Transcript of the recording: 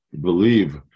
believe